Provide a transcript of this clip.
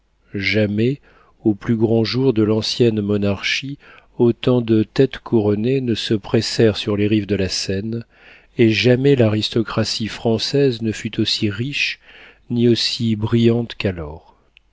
jamais aux plus grands jours de l'ancienne monarchie autant de têtes couronnées ne se pressèrent sur les rives de la seine et jamais l'aristocratie française ne fut aussi riche ni aussi brillante qu'alors